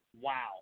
wow